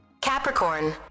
Capricorn